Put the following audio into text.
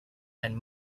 and